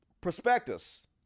prospectus